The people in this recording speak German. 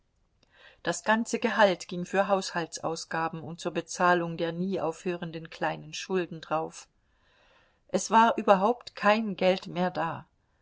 das ganze gehalt ging für haushaltsausgaben und zur bezahlung der nie aufhörenden kleinen schulden drauf es war überhaupt kein geld mehr da